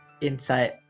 insight